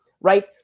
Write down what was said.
right